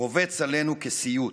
רובץ עלינו כסיוט.